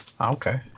Okay